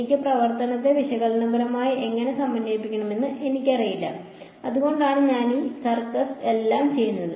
എന്റെ പ്രവർത്തനത്തെ വിശകലനപരമായി എങ്ങനെ സമന്വയിപ്പിക്കണമെന്ന് എനിക്കറിയില്ല അതുകൊണ്ടാണ് ഞാൻ ഈ സർക്കസ് എല്ലാം ചെയ്യുന്നത്